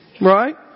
Right